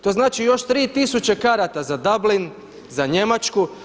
To znači još 3000 karata za Dublin, za Njemačku.